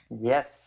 Yes